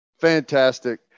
fantastic